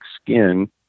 skin